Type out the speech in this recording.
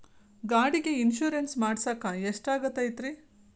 ಗಾಡಿಗೆ ಇನ್ಶೂರೆನ್ಸ್ ಮಾಡಸಾಕ ಎಷ್ಟಾಗತೈತ್ರಿ?